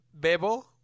Bebo